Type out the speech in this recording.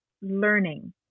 learning